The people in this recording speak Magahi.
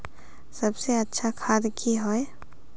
सबसे अच्छा खाद की होय?